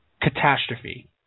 catastrophe